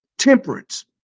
Temperance